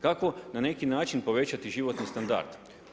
Kako na neki način povećati životni standard.